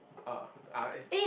um ah it's